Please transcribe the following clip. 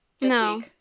No